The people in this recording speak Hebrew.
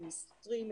הם מסתתרים,